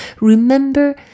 Remember